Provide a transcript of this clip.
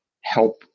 help